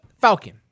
Falcon